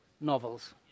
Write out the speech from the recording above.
novels